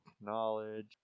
knowledge